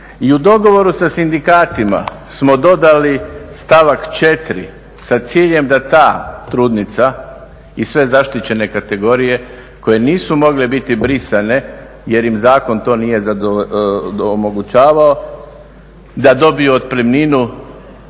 I u dogovoru sa sindikatima smo dodali stavak 4 sa ciljem da ta trudnica i sve zaštićene kategorije koje nisu mogle biti brisane jer im zakon to nije omogućavao, da dobiju otpremninu